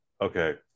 Okay